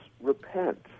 repent